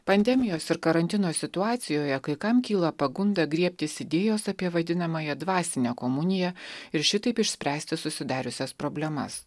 pandemijos ir karantino situacijoje kai kam kyla pagunda griebtis idėjos apie vadinamąją dvasinę komuniją ir šitaip išspręsti susidariusias problemas